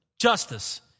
justice